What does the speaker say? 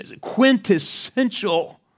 quintessential